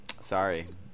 sorry